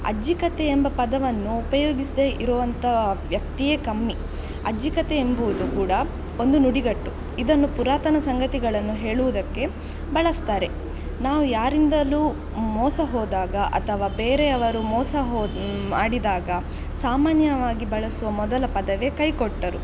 ಅಜ್ಜಿ ಕತೆ ಎಂಬ ಪದವನ್ನು ಉಪಯೋಸದೇ ಇರುವಂಥ ವ್ಯಕ್ತಿಯೇ ಕಮ್ಮಿ ಅಜ್ಜಿ ಕತೆ ಎಂಬುವುದು ಕೂಡ ಒಂದು ನುಡಿಗಟ್ಟು ಇದನ್ನು ಪುರಾತನ ಸಂಗತಿಗಳನ್ನು ಹೇಳುವುದಕ್ಕೆ ಬಳಸ್ತಾರೆ ನಾವು ಯಾರಿಂದಲೂ ಮೋಸ ಹೋದಾಗ ಅಥವಾ ಬೇರೆಯವರು ಮೋಸ ಹೋ ಮಾಡಿದಾಗ ಸಾಮಾನ್ಯವಾಗಿ ಬಳಸುವ ಮೊದಲ ಪದವೇ ಕೈ ಕೊಟ್ಟರು